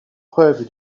preuve